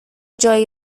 جایی